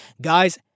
Guys